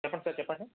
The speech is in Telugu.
చెప్పండి సార్ చెప్పండి